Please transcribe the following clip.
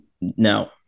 no